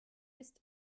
ist